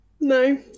No